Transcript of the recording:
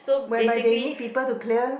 whereby they need people to clear